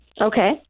Okay